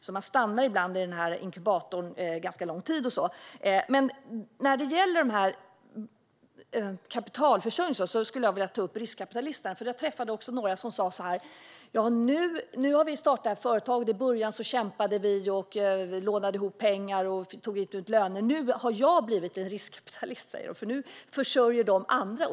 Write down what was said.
Ibland stannar de i inkubatorn under ganska lång tid. Vad gäller kapitalförsörjningen träffade jag några som sa: När vi startade vårt företag kämpade vi, lånade pengar och tog inte ut lön. Nu har vi blivit riskkapitalister och försörjer andra.